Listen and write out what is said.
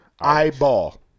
Eyeball